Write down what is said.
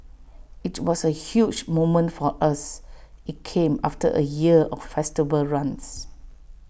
IT was A huge moment for us IT came after A year of festival runs